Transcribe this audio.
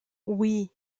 oui